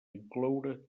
incloure